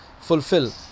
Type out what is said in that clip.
fulfill